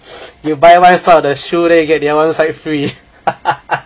you buy one side of the shoe then you get the other one side free